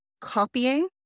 copying